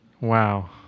Wow